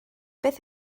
beth